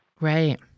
Right